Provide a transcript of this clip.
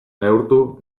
neurtu